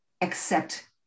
accept